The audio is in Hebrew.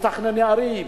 מתכנני ערים,